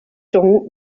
jean